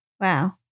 Wow